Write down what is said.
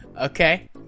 Okay